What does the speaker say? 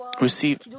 receive